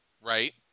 Right